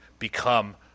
become